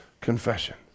confession